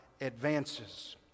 advances